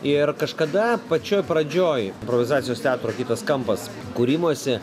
ir kažkada pačioj pradžioj improvizacijos teatro kitas kampas kūrimosi